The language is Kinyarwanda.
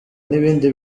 n’ibindi